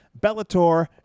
Bellator